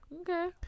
Okay